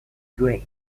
great